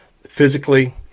Physically